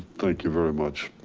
thank you very much.